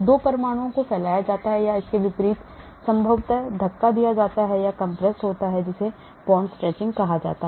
2 परमाणुओं को फैलाया जाता है या इसके विपरीत संभवत धक्का दिया जाता है या compressed होता है जिसे bond stretching कहा जाता है